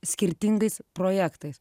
skirtingais projektais